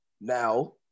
Now